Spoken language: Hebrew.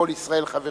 כל ישראל חברים",